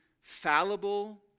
fallible